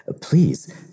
Please